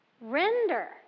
Render